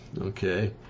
okay